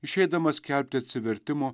išeidamas skelbti atsivertimo